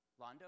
Londo